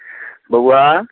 बौआ